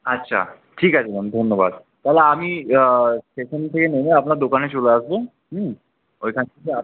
আচ্ছা ঠিক আছে ম্যাম ধন্যবাদ তালে আমি স্টেশান থেকে নেমে আপনার দোকানে চলে আসবো হুম ওইখান থেকে আপনি